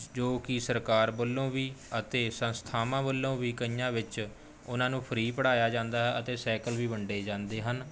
ਜੋ ਕਿ ਸਰਕਾਰ ਵੱਲੋਂ ਵੀ ਅਤੇ ਸੰਸਥਾਵਾਂ ਵੱਲੋਂ ਵੀ ਕਈਆਂ ਵਿੱਚ ਉਹਨਾਂ ਨੂੰ ਫ੍ਰੀ ਪੜ੍ਹਾਇਆ ਜਾਂਦਾ ਹੈ ਅਤੇ ਸਾਇਕਲ ਵੀ ਵੰਡੇ ਜਾਂਦੇ ਹਨ